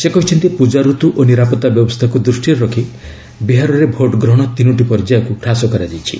ସେ କହିଛନ୍ତି ପ୍ରଜାରତ୍ତ୍ ଓ ନିରାପତ୍ତା ବ୍ୟବସ୍ଥାକୁ ଦୃଷ୍ଟିରେ ରଖି ବିହାରରେ ଭୋଟ୍ ଗ୍ରହଣ ତିନୋଟି ପର୍ଯ୍ୟାୟକୁ ହ୍ରାସ କରାଯାଇଛି